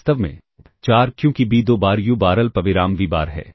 वास्तव में 4 क्योंकि b दो बार u बार अल्पविराम v बार है